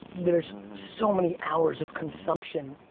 there's so many hours of consumption.